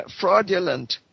fraudulent